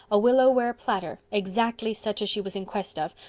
a willow-ware platter, exactly such as she was in quest of,